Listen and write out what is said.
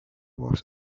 was